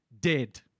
dead